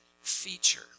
feature